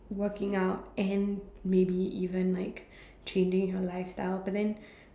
working out and maybe even like changing your lifestyle but then